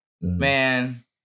Man